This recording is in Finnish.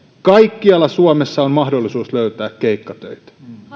kaikkialla suomessa on myös mahdollisuus löytää keikkatöitä